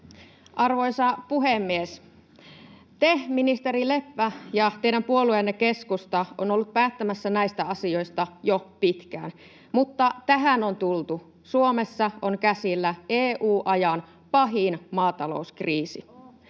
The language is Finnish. Arvoisa puhemies! Te, ministeri Leppä, ja teidän puolueenne keskusta olette olleet päättämässä näistä asioista jo pitkään, mutta tähän on tultu: Suomessa on käsillä EU-ajan pahin maatalouskriisi.